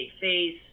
face